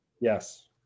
Yes